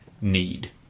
need